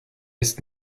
ist